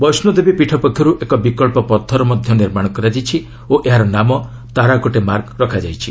ବୈଷ୍ଣୋଦେବୀ ପୀଠ ପକ୍ଷର୍ ଏକ ବିକ୍ସ ପଥ ନିର୍ମାଣ କରାଯାଇଛି ଓ ଏହାର ନାମ ତାରାକୋଟେ ମାର୍ଗ ରଖାଯାଇଛି